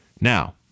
now